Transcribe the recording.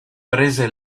prese